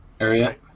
area